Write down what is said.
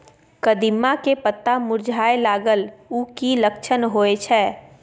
कदिम्मा के पत्ता मुरझाय लागल उ कि लक्षण होय छै?